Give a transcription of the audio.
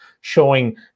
showing